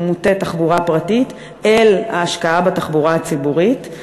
מוטה תחבורה פרטית אל ההשקעה בתחבורה הציבורית.